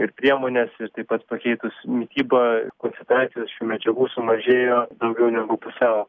ir priemonės ir taip pat pakeitus mitybą koncentracijos šių medžiagų sumažėjo daugiau negu pusiau